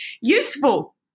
useful